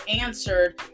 answered